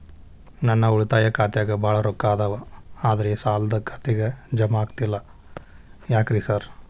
ನನ್ ಉಳಿತಾಯ ಖಾತ್ಯಾಗ ಬಾಳ್ ರೊಕ್ಕಾ ಅದಾವ ಆದ್ರೆ ಸಾಲ್ದ ಖಾತೆಗೆ ಜಮಾ ಆಗ್ತಿಲ್ಲ ಯಾಕ್ರೇ ಸಾರ್?